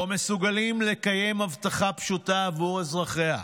מסוגלים לקיים הבטחה פשוטה עבור אזרחיהם?